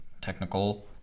technical